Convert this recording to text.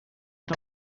est